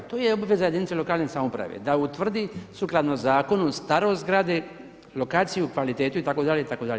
To je obaveza jedinice lokalne samouprave da utvrdi sukladno zakonu starost zgrade, lokaciju, kvalitetu, itd., itd.